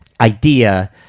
idea